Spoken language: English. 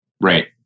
Right